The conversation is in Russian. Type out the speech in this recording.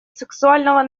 сексуального